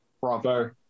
Bravo